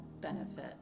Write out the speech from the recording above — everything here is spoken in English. benefit